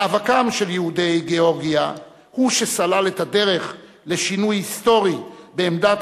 מאבקם של יהודי גאורגיה הוא שסלל את הדרך לשינוי היסטורי בעמדת